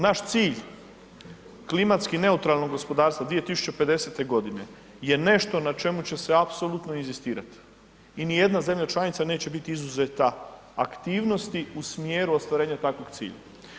Naš cilj klimatski neutralnog gospodarstva 2050.g. je nešto na čemu će se apsolutno inzistirati i nijedna zemlja članica neće biti izuzeta aktivnosti u smjeru ostvarenja takvog cilja.